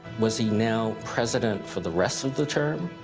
was he now president for the rest of the term,